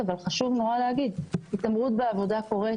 אבל חשוב מאוד להגיד שהתעמרות בעבודה קורית